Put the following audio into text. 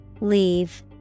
Leave